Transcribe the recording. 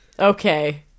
Okay